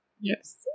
Yes